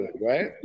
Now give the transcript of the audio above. right